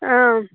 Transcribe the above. ꯑꯥ